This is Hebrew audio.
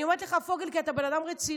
אני אומרת לך, פוגל, כי אתה בן אדם רציני,